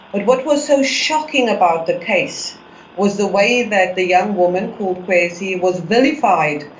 but what was so shocking about the case was the way that the young woman, called khwezi was vilified.